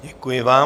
Děkuji vám.